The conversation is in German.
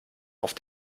auf